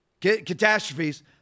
catastrophes